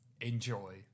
enjoy